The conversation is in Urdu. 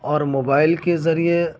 اور موبائل کے ذریعے